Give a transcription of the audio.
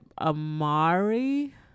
Amari